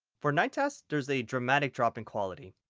for night tests there is a dramatic drop in quality.